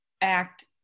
act